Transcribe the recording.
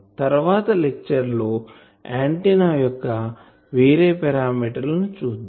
తర్వాతి లెక్చర్ లో ఆంటిన్నా యొక్క వేరే పారామీటర్ లను చూద్దాం